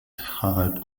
harald